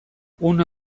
une